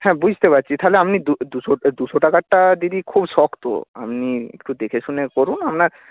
হ্যাঁ বুঝতে পারছি তাহলে আপনি দুশো দুশো টাকারটা দিদি খুব শক্ত আপনি একটু দেখেশুনে পরুন আপনার